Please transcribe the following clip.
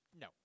No